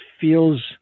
feels